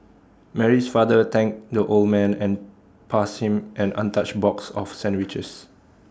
Mary's father thanked the old man and passed him an untouched box of sandwiches